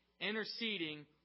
Interceding